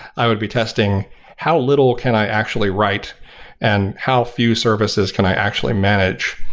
i would be testing how little can i actually write and how few services can i actually manage.